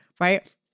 right